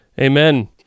Amen